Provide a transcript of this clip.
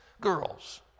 girls